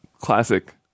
Classic